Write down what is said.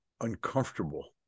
uncomfortable